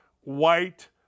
white